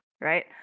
right